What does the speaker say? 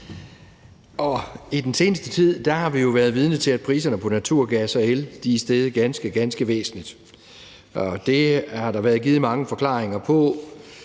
I den seneste tid har vi jo været vidne til, at priserne på naturgas og el er steget ganske, ganske væsentligt, og det har der været givet mange forklaringer på: